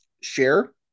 Share